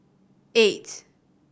eight